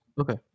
Okay